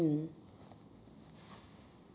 mm